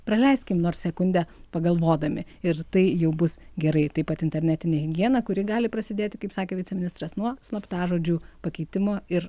praleiskim nors sekundę pagalvodami ir tai jau bus gerai taip pat internetinė higiena kuri gali prasidėti kaip sakė viceministras nuo slaptažodžių pakeitimo ir